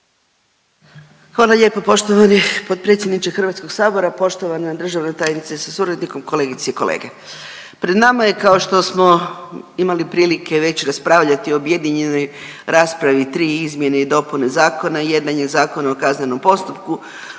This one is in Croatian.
Hvala lijepo poštovani potpredsjedniče Hrvatskog sabora, poštovana državna tajnice sa suradnikom, kolegice i kolege. Pred nama je kao što smo imali prilike već raspravljati u objedinjenoj raspravi tri izmjene i dopune zakona. Jedan je Zakon o kaznenom postupku,